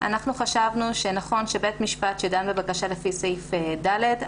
אנחנו חשבנו שנכון שבית המשפט הדן בבקשה לפי סעיף (ד),